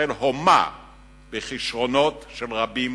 ישראל הומה בכשרונות של רבים